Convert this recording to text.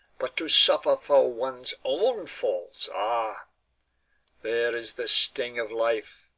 but to suffer for one's own faults ah there is the sting of life.